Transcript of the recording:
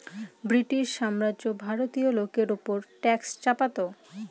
British সাম্রাজ্য ভারতীয় লোকের ওপর ট্যাক্স চাপাতো